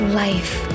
life